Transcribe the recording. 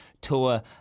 Tour